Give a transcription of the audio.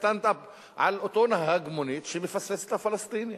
סטנד-אפ על אותו נהג מונית שמפספס את הפלסטיני.